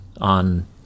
on